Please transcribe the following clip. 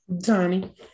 Donnie